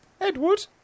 Edward